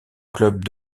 club